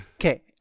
Okay